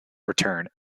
return